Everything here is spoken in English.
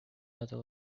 other